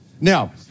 Now